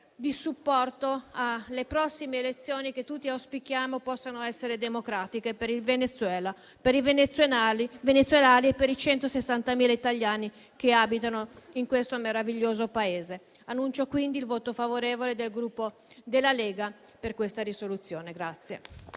di supporto alle prossime elezioni, che tutti auspichiamo possano essere democratiche per il Venezuela, per i venezuelani e per i 160.000 italiani che abitano in quel meraviglioso Paese. Annuncio quindi il voto favorevole del Gruppo Lega su questa risoluzione.